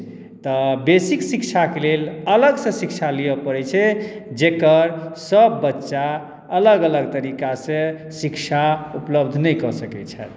तऽ बेसिक शिक्षाके लेल अलगसँ शिक्षा लियऽ पड़ै छै जेकर सभ बच्चा अलग अलग तरीका से शिक्षा उपलब्ध नहि कऽ सकै छथि